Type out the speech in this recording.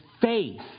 faith